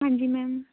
ਹਾਂਜੀ ਮੈਮ